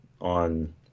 on